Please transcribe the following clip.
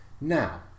Now